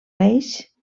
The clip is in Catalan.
reis